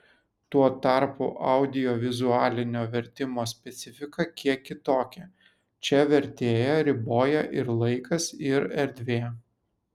tuo tarpu audiovizualinio vertimo specifika kiek kitokia čia vertėją riboja ir laikas ir erdvė